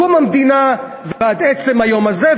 מקום המדינה ועד עצם היום הזה.